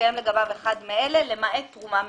שמתקיים לגביו אחד מאלה למעט תרומה מזכה.